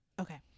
Okay